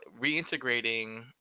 reintegrating